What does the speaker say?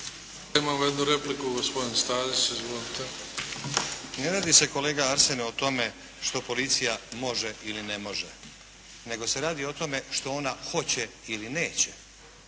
Imamo jednu repliku, gospodin Stazić. Izvolite. **Stazić, Nenad (SDP)** Ne radi se kolega Arsene o tome što policija može ili ne može, nego se radi o tome što ona hoće ili neće.